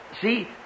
See